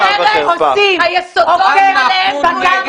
אנחנו נגד פורנוגרפיה.